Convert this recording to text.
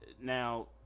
Now